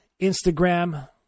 Instagram